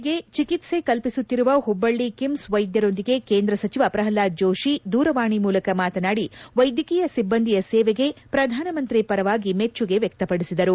corona ಸೋಂಕಿತರಿಗೆ ಚಿಕಿತ್ಸೆ ಕಲ್ಪಿಸುತ್ತಿರುವ ಹುಬ್ಬಳ್ಳಿ ಕಿಮ್ಸ್ ವೈದ್ಯರೊಂದಿಗೆ ಕೇಂದ್ರ ಸಚಿವ ಪ್ರಪ್ಲಾದ್ ಜೋಶಿ ದೂರವಾಣಿ ಮೂಲಕ ಮಾತನಾಡಿ ವೈದ್ಯಕೀಯ ಸಿಬ್ಬಂದಿಯ ಸೇವೆಗೆ ಪ್ರಧಾನಮಂತ್ರಿ ಪರವಾಗಿ ಮೆಚ್ಚುಗೆ ವ್ಯಕ್ತಪಡಿಸಿದರು